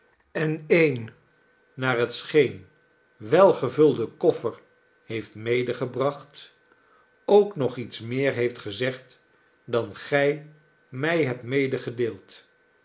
en een naar het scheen welgevulden koffer heeft medebracht ook nog iets meer heeft gezegd dan gij mij hebt